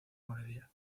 morelia